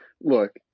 look